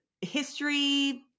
history